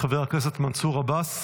חבר הכנסת מנסור עבאס,